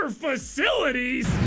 facilities